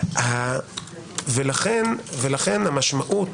לכן המשמעות